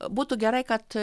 būtų gerai kad